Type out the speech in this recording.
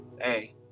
hey